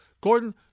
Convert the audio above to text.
Gordon